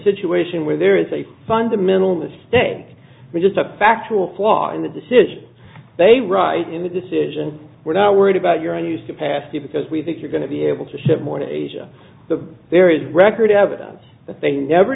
situation where there is a fundamental mistake which is a factual flaw in the decision they write in the decision we're not worried about your i used to pass you because we think you're going to be able to ship morning asia the there is record evidence that they never